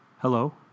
Hello